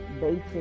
basic